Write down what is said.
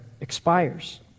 expires